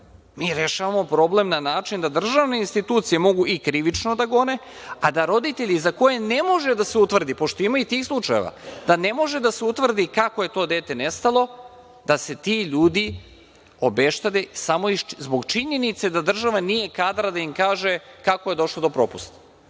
Mi rešavamo problem na način da državne institucije mogu i krivično da gone, a da se roditelji za koje ne može da se utvrdi, pošto ima i tih slučajeva da ne može da se utvrdi kako je to dete nestalo, da se ti ljudi obeštete samo zbog činjenice da država nije kadra da im kaže kako je došlo do propusta. Šta